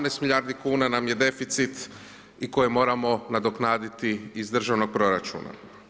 17 milijardi kuna nam je deficit i koji moramo nadoknaditi iz državnog proračuna.